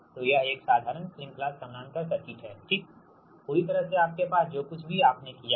तो यह एक साधारण श्रृंखला समानांतर सर्किट है ठीक पूरी तरह से आपके पास जो कुछ भी आपने किया है